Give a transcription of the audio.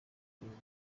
igihugu